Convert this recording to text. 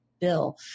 bill